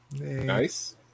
Nice